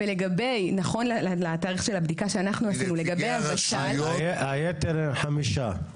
ונכון לתאריך של הבדיקה שאנחנו עשינו --- היתר הם חמישה.